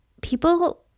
people